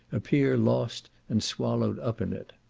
appear lost and swallowed up in it.